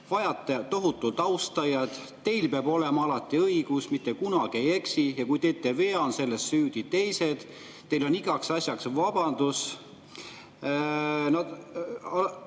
Vajate tohutult austajaid, teil peab olema alati õigus, mitte kunagi te ei eksi, ja kui teete vea, on selles süüdi teised. Teil on igaks asjaks vabandus,